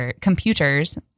computers